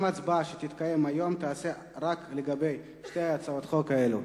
גם ההצבעה שתתקיים היום תהיה רק לגבי שתי הצעות חוק אלה.